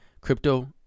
Crypto